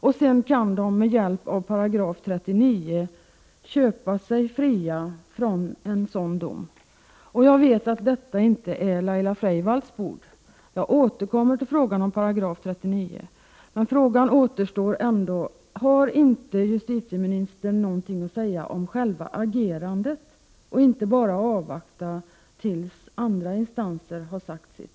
Därefter kan Volvo med hjälp av § 39 köpa sig fritt från en dom. Jag vet att detta inte är Laila Freivalds bord. Jag återkommer till frågan om § 39. Min fråga kvarstår: Har inte justitieministern någonting att säga om själva agerandet i stället för att avvakta tills vissa instanserhar sagt sitt?